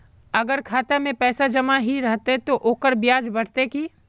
अगर खाता में पैसा जमा ही रहते ते ओकर ब्याज बढ़ते की?